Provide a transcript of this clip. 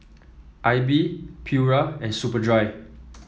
AIBI Pura and Superdry